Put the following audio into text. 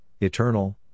eternal